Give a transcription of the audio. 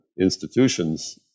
institutions